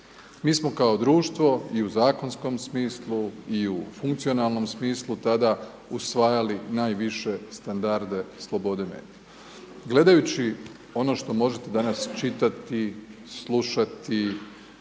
Mi smo kao društvo i u zakonskom smislu i u funkcionalnom smislu tada usvajali najviše standarde slobode medija. Gledajući ono što možete danas čitati, slušati,